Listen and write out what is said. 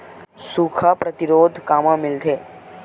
सुखा प्रतिरोध कामा मिलथे?